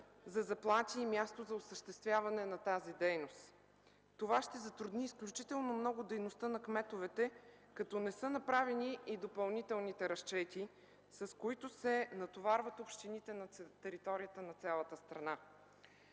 за заплати и място за осъществяване на тази дейност. Това ще затрудни изключително много дейността на кметовете, като не са направени и допълнителните разчети, с които се натоварват общините на територията на цялата страна.